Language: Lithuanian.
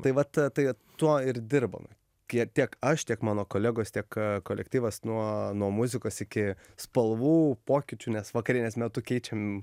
tai vat tai tuo ir dirbame kie tiek aš tiek mano kolegos tiek kolektyvas nuo nuo muzikos iki spalvų pokyčių nes vakarienės metu keičiam